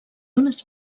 unes